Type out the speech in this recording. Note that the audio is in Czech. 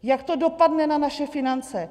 Jak to dopadne na naše finance?